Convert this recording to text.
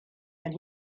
and